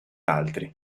altri